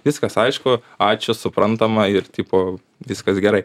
viskas aišku ačiū suprantama ir tipo viskas gerai